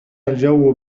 الجو